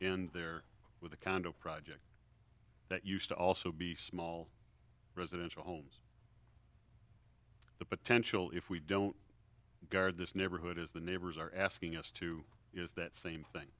end there with a condo project that used to also be small residential homes the potential if we don't guard this neighborhood is the neighbors are asking us to is that same